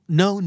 no